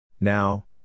Now